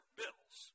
bills